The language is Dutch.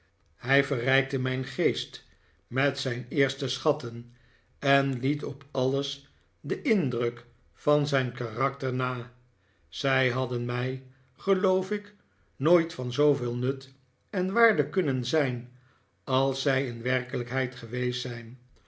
hij verrijkte mijn geest met zijn eerste schatten en liet op alles den indruk van zijn karakter na zij hadden mij geloof ik nooit van zooveel nut en waarde kunnen zijn als zij in werkelijkheid geweest zijn